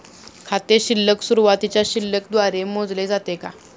खाते शिल्लक सुरुवातीच्या शिल्लक द्वारे मोजले जाते का?